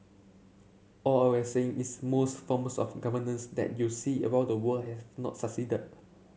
all I we saying is most forms of governance that you see the world have not